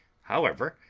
however,